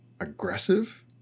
aggressive